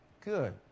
Good